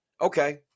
okay